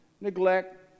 neglect